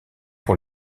pour